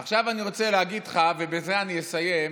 עכשיו אני רוצה להגיד לך, ובזה אני אסיים,